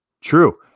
True